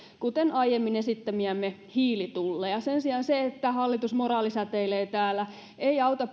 kuten aiemmin esittämiämme hiilitulleja sen sijaan se että hallitus moraalisäteilee täällä ei auta